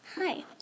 Hi